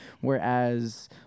whereas